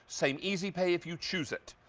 same easy pay if you choose it.